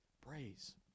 Praise